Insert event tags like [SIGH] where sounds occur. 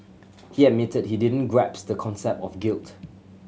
he admitted he didn't [UNINTELLIGIBLE] the concept of guilt